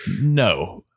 No